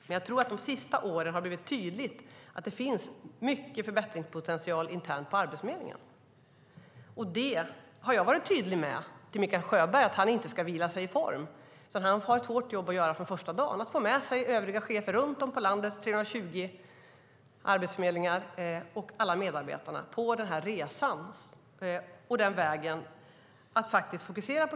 Men de senaste åren har det blivit tydligt att det finns en stor förbättringspotential internt på Arbetsförmedlingen. Jag har varit tydlig gentemot Mikael Sjöberg med att han inte ska vila sig i form. Han har ett hårt jobb att göra från första dagen i att få med sig övriga chefer och alla medarbetarna runt om på landets 320 arbetsförmedlingar på den här resan.